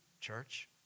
church